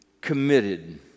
committed